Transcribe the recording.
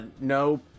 No